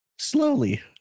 slowly